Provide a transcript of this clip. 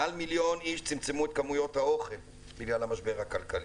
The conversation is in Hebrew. מעל מיליון איש צמצמו את כמויות האוכל בגלל המשבר הכלכלי.